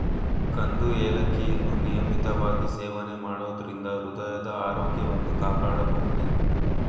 ಕಂದು ಏಲಕ್ಕಿಯನ್ನು ನಿಯಮಿತವಾಗಿ ಸೇವನೆ ಮಾಡೋದರಿಂದ ಹೃದಯದ ಆರೋಗ್ಯವನ್ನು ಕಾಪಾಡ್ಬೋದು